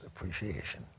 appreciation